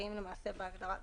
העיקריים בהגדרה הזאת.